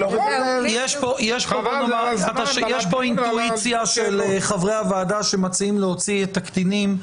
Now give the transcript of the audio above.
יש פה אינטואיציה של חברי הוועדה שמציעים להוציא את הקטינים.